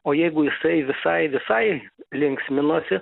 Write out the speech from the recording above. o jeigu jisai visai visai linksminosi